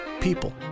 people